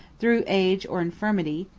through age or infirmity,